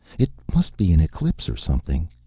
it must be an eclipse or something.